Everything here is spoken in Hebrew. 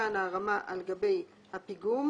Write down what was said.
מתקן ההרמה על גבי הפיגום